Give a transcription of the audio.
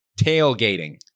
Tailgating